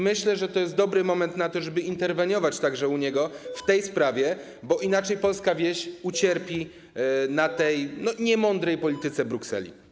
Myślę, że to jest dobry moment na to, żeby interweniować także u niego w tej sprawie, bo inaczej polska wieś ucierpi na tej niemądrej polityce Brukseli.